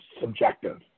subjective